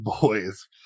boys